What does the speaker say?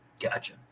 Gotcha